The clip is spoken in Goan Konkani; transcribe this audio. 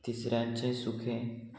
तिसऱ्यांचें सुखें